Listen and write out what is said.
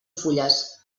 fulles